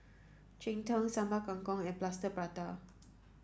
Cheng Tng Sambal Kangkong and Plaster Prata